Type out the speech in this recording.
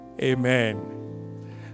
Amen